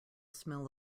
smell